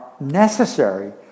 necessary